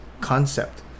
concept